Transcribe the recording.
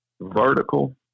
vertical